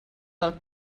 del